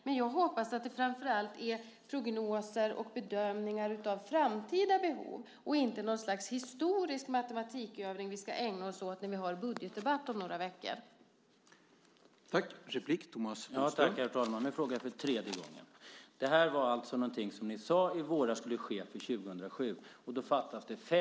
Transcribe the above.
Men jag hoppas att det framför allt är prognoser och bedömningar av framtida behov och inte något slags historisk matematikövning vi ska ägna oss åt när vi om några veckor har budgetdebatt.